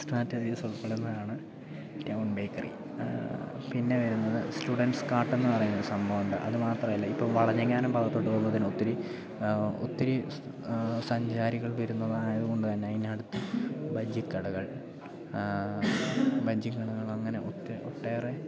strategies ഉൾപ്പെടുന്നതാണ് town bakery പിന്നെ വരുന്നത് സ്റ്റുഡൻറ്സ് കാട്ടെന്നു പറയുന്ന ഒരു സംഭവമുണ്ട് അതു മാത്രമല്ല ഇപ്പം വളഞ്ഞെങ്ങാനും ഭാഗത്തോട്ട് പോകുമ്പോഴത്തേന് ഒത്തിരി ഒത്തിരി സഞ്ചാരികൾ വരുന്നതായതു കൊണ്ടു തന്നെ അതിനടുത്ത് ബജ്ജിക്കടകൾ ബജ്ജിക്കടകൾ അങ്ങനെ ഒട്ടേറെ